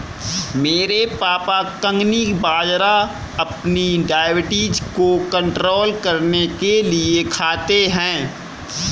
मेरे पापा कंगनी बाजरा अपनी डायबिटीज को कंट्रोल करने के लिए खाते हैं